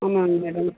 ஆமாங்க மேடம்